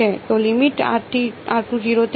તો તેનું શું છે